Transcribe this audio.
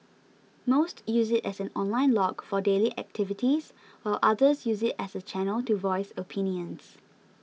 most use it as an online log for daily activities while others use it as a channel to voice opinions